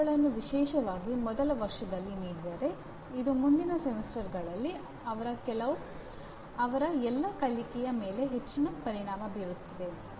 ಅವುಗಳನ್ನು ವಿಶೇಷವಾಗಿ ಮೊದಲ ವರ್ಷದಲ್ಲಿ ನೀಡಿದರೆ ಇದು ಮುಂದಿನ ಸೆಮಿಸ್ಟರ್ಗಳಲ್ಲಿ ಅವರ ಎಲ್ಲಾ ಕಲಿಕೆಯ ಮೇಲೆ ಹೆಚ್ಚಿನ ಪರಿಣಾಮ ಬೀರುತ್ತದೆ